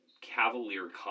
cavalier